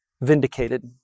vindicated